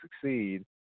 succeed